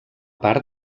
part